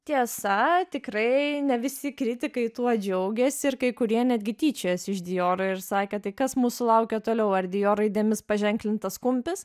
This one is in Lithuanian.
tiesa tikrai ne visi kritikai tuo džiaugėsi ir kai kurie netgi tyčiojosi iš dijoro ir sakė tai kas mūsų laukia toliau ar dijo raidėmis paženklintas kumpis